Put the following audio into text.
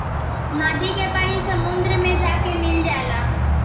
नदी के पानी समुंदर मे जाके मिल जाला